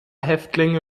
häftlinge